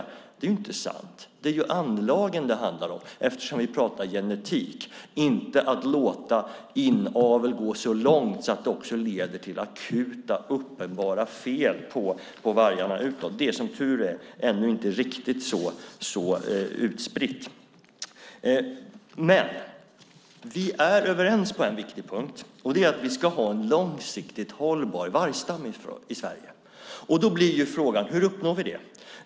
Det är inte sant. Det är anlagen som det handlar om eftersom vi pratar om genetik och att inte låta inaveln gå så långt att den också leder till akuta och uppenbara fel på vargarna. Som tur är har det ännu inte blivit riktigt så utspritt. Men vi är överens på en viktig punkt, och det är att vi ska ha en långsiktigt hållbar vargstam i Sverige. Då blir frågan: Hur uppnår vi det?